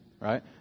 right